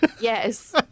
Yes